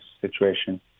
situation